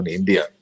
India